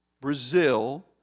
Brazil